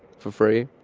for free,